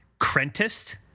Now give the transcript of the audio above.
Crentist